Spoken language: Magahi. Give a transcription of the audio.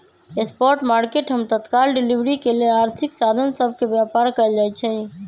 स्पॉट मार्केट हम तत्काल डिलीवरी के लेल आर्थिक साधन सभ के व्यापार कयल जाइ छइ